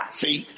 see